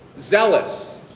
Zealous